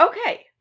okay